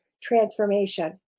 transformation